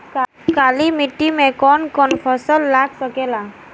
काली मिट्टी मे कौन कौन फसल लाग सकेला?